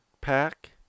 pack